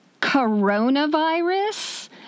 coronavirus